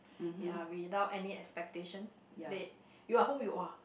ya without any expectations they you are who you are